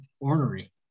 ornery